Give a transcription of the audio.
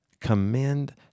commend